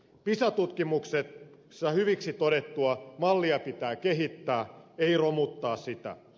pisa tutkimuksessa hyväksi todettua mallia pitää kehittää ei romuttaa